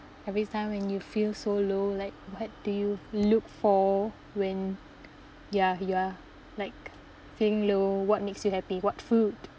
every time when you feel so low like what do you look for when ya you are like feeling low what makes you happy what food